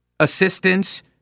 assistance